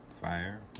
fire